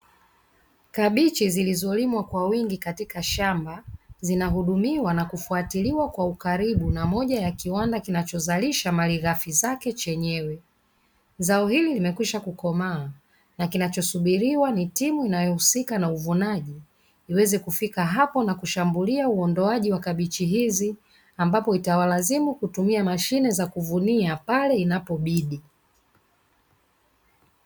Kabichi zilizolimwa kwa wingi katika shamba zinahudumiwa na kufuatiliwa kwa ukaribu, na moja ya kiwanda kinachozalisha malighafi zake chenyewe. Zao hili limekwisha kukomaa na kinachosubiriwa ni timu inayohusika na uvunaji; iweze kufika hapo na kushambulia uondoaji wa kabichi hizi, ambapo itawalazimu kutumia mashine za kuvunia pale inapobidi.